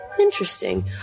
Interesting